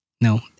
No